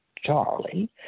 Charlie